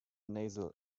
nasal